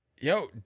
Yo